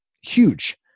huge